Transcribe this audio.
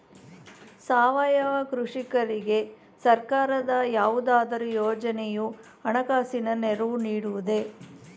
ಸಾವಯವ ಕೃಷಿಕರಿಗೆ ಸರ್ಕಾರದ ಯಾವುದಾದರು ಯೋಜನೆಯು ಹಣಕಾಸಿನ ನೆರವು ನೀಡುವುದೇ?